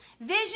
Vision